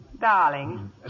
darling